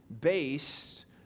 based